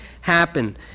happen